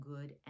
good